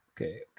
okay